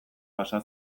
pasa